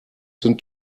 sind